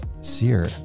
Sear